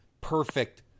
perfect